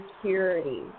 security